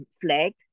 flag